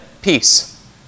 Peace